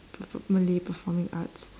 malay performing arts